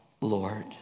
Lord